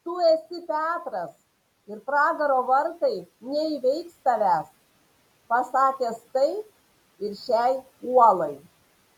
tu esi petras ir pragaro vartai neįveiks tavęs pasakęs tai ir šiai uolai